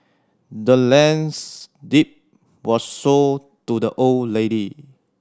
the land's deed was sold to the old lady